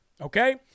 Okay